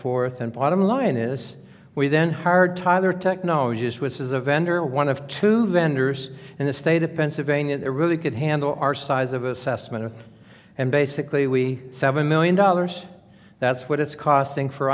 forth and bottom line is we then hard tither technologist which is a vendor one of two vendors in the state of pennsylvania that really could handle our size of assessment and basically we seven million dollars that's what it's costing for